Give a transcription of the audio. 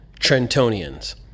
Trentonians